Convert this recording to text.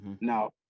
Now